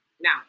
Now